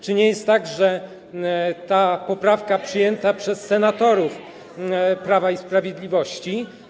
Czy nie jest tak, że ta poprawka przyjęta przez senatorów Prawa i Sprawiedliwości.